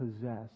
possess